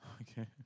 Okay